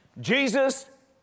Jesus